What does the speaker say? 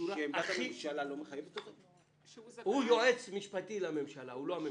הוא היועץ המשפטי לממשלה הוא לא הממשלה.